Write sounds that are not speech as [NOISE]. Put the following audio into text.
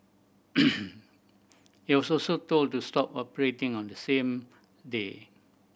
[NOISE] it also [UNINTELLIGIBLE] told to stop operating on the same day